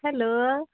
hello